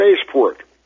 spaceport